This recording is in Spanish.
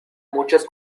muchas